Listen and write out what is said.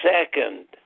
second